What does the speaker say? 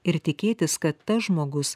ir tikėtis kad tas žmogus